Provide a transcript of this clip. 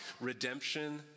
redemption